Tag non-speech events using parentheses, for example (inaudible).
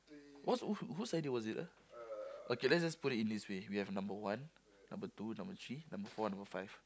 (noise) most who whose idea was it ah (noise) okay let's just put it in this way we have have number one number two number three number four and number five